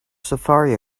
safari